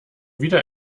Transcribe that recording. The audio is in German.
wieder